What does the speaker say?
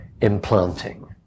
implanting